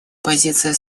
позиция